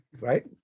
right